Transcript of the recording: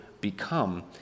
become